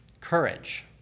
courage